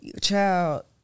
Child